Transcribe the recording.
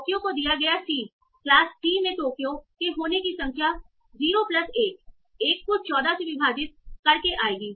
Tokyo को दिया गया c क्लास c में टोक्यो के होने की संख्या 0 प्लस 1 1 को 14 से विभाजित कर के आएगी